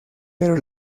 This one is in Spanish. pero